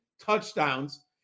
touchdowns